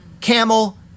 camel